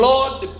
Lord